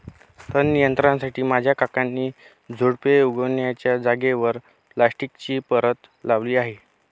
तण नियंत्रणासाठी माझ्या काकांनी झुडुपे उगण्याच्या जागेवर प्लास्टिकची परत लावली आहे